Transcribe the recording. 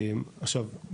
עכשיו,